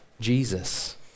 Jesus